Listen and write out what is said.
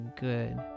good